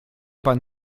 pan